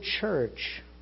church